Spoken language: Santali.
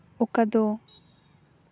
ᱚᱠᱟ ᱫᱚ